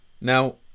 Now